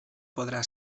podrà